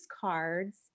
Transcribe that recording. cards